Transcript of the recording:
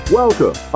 welcome